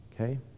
Okay